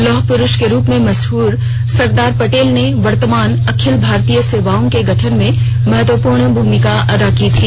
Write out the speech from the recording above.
लौह पुरूष के रूप में मशहूर सरदार पटेल ने वर्तमान अखिल भारतीय सेवाओं के गठन में महत्वपूर्ण भूमिका अदा की थी